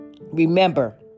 remember